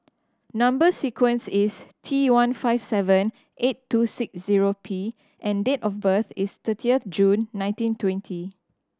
number sequence is T one five seven eight two six zero P and date of birth is thirty June nineteen twenty